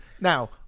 Now